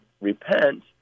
repent